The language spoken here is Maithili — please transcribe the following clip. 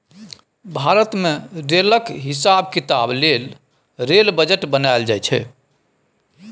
भारत मे रेलक हिसाब किताब लेल रेल बजट बनाएल जाइ छै